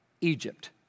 egypt